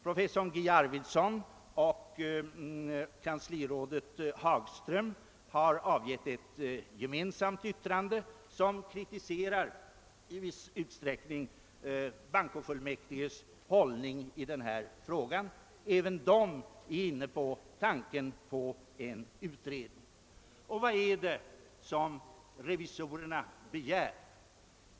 Professor Guy Arvidsson och kanslirådet Tony Hagström har avgivit ett gemensamt yttrande i vilket de i viss utsträckning kritiserar bankofullmäktiges hållning i denna fråga. Även de är inne på tanken på en utredning. Vad är det då som revisorerna begär?